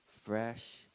fresh